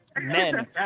Men